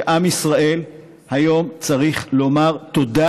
אני חושב שעם ישראל היום צריך לומר תודה